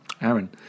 Aaron